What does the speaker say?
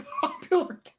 popular